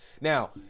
Now